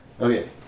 Okay